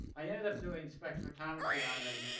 i ended up doing spectrophotometry on them.